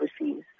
overseas